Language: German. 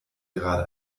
gerade